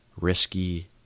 risky